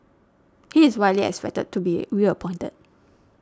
he is widely expected to be reappointed